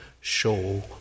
show